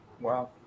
Wow